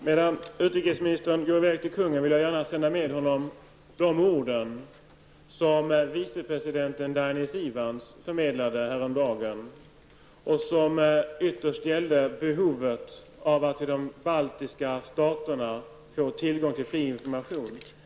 Herr talman! När utrikesministern går till kungen vill jag gärna sända med honom orden som vicepresidenten Dainis Ivans förmedlade häromdagen. De gällde ytterst behovet av att i de baltiska staterna få tillgång till fri information.